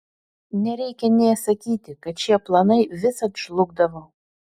nereikia nė sakyti kad šie planai visad žlugdavo